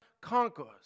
conquers